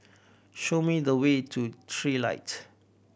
show me the way to Trilight